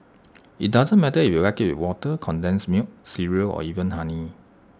IT doesn't matter if you like IT with water condensed milk cereal or even honey